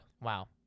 Wow